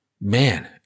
Man